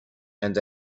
and